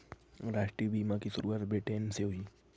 राष्ट्रीय बीमा की शुरुआत ब्रिटैन से हुई